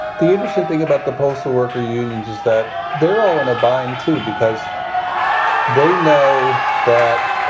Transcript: the interesting thing about the postal worker unions is that they're all in a bind, too, because they know that,